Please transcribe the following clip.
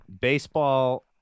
baseball